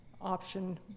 option